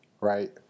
right